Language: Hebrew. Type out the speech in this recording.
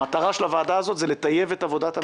המטרה של הוועדה הזאת היא לטייב את עבודת הממשלה,